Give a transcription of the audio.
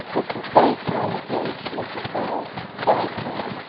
this is very kind of you, mrs bold very kind,